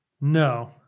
No